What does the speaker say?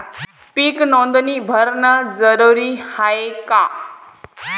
पीक नोंदनी भरनं जरूरी हाये का?